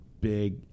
big